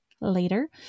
later